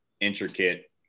intricate